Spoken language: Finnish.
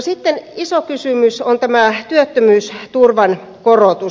sitten iso kysymys on tämä työttömyysturvan korotus